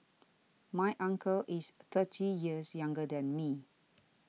my uncle is thirty years younger than me